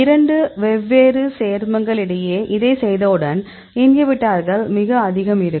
இரண்டு வெவ்வேறு சேர்மங்கள் இடையே இதை செய்தவுடன் இன்ஹிபிட்டார்கள் மிக அதிகம் இருக்கும்